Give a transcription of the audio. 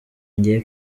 ngiye